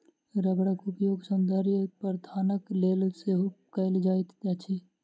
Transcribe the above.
रबड़क उपयोग सौंदर्य प्रशाधनक लेल सेहो कयल जाइत अछि